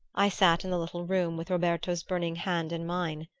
i sat in the little room, with roberto's burning hand in mine.